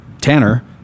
Tanner